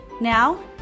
Now